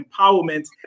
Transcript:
empowerment